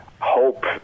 hope